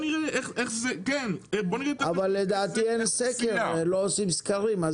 אבל לדעתי אין סקר, לא עושים סקרים.